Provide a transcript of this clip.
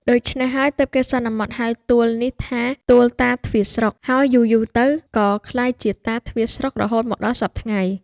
ដូច្នេះហើយ ទើបគេសន្មតហៅទួលនេះថា "ទួលតាទ្វារស្រុក" ហើយយូរៗទៅក៏ក្លាយជា "តាទ្វារស្រុក" រហូតមកដល់សព្វថ្ងៃ ។